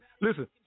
listen